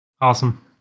Awesome